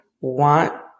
want